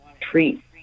treat